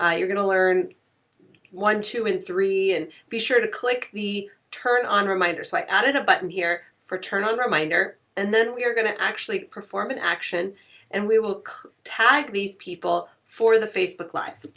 you're gonna learn one, two and three and be sure to click the turn on reminder. so i added a button here for turn on reminder. and then we are gonna actually perform an action and we will tag these people for the facebook live.